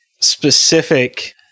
specific